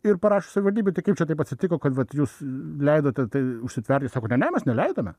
ir parašė savivaldybei tai kaip čia taip atsitiko kad vat jūs leidote tai užsitverti sako ne ne mes neleidome